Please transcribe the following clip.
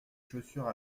chaussures